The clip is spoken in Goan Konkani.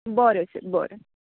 बरें सर बरें